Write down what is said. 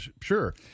sure